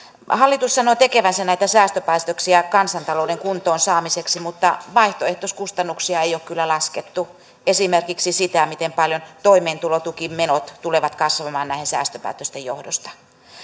hallitus sanoo tekevänsä näitä säästöpäätöksiä kansantalouden kuntoonsaamiseksi mutta vaihtoehtoiskustannuksia ei ole kyllä laskettu eikä esimerkiksi sitä miten paljon toimeentulotukimenot tulevat kasvamaan näiden säästöpäätösten johdosta